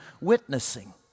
witnessing